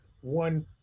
one